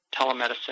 telemedicine